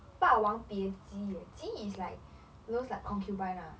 霸王别姬 eh 姬 is like those like concubine ah